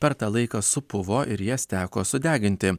per tą laiką supuvo ir jas teko sudeginti